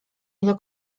ile